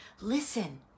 listen